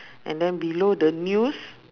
and then below the news